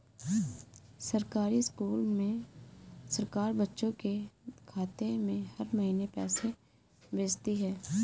सरकारी स्कूल में सरकार बच्चों के खाते में हर महीने पैसे भेजती है